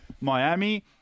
Miami